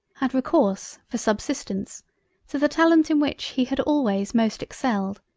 had recourse for subsistence to the talent in which, he had always most excelled,